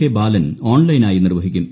K Balan ഓൺലൈനായി നിർവ്വഹിക്കും